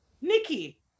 Nikki